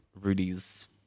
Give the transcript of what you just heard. Rudy's